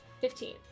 Fifteen